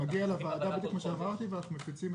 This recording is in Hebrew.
מייד לחברים.